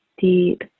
deep